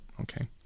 Okay